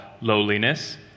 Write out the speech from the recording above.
lowliness